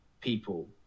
people